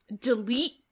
delete